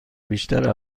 بیشتر